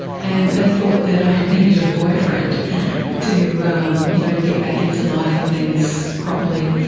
and they thought that i needed a boyfriend to um you know get back into life and things properly.